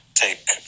take